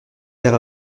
faire